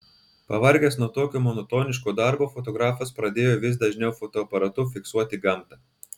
pavargęs nuo tokio monotoniško darbo fotografas pradėjo vis dažniau fotoaparatu fiksuoti gamtą